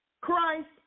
Christ